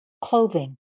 clothing